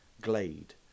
glade